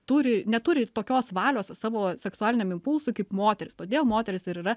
turi neturi tokios valios savo seksualiniam impulsui kaip moteris todėl moteris ir yra